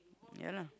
ya lah